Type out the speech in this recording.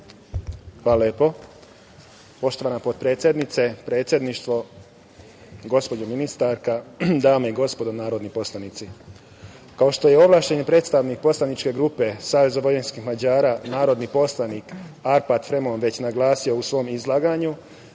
Hvala lepo. Poštovana potpredsednice, predsedništvo, gospođo ministarka, dame i gospodo narodni poslanici, kao što je ovlašćeni predstavnik poslaničke grupe SVM, narodni poslanik Arpad Fremond već naglasio u svom izlaganju,